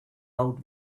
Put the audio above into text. old